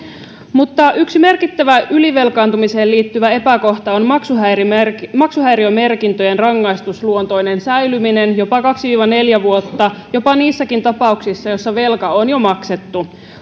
yksi merkittävä ylivelkaantumiseen liittyvä epäkohta on maksuhäiriömerkintöjen maksuhäiriömerkintöjen rangaistusluontoinen säilyminen jopa kaksi viiva neljä vuotta jopa niissäkin tapauksissa joissa velka on jo maksettu